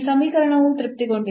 ಈ ಸಮೀಕರಣವು ತೃಪ್ತಿಗೊಂಡಿದೆ